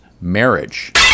Marriage